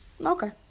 Okay